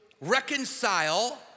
reconcile